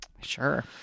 sure